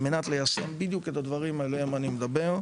על מנת ליישם בדיוק את הדברים עליהם אני מדבר.